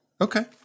Okay